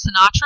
Sinatra